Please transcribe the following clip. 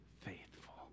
faithful